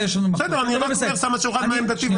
אני רק שם את עמדתי.